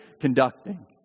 conducting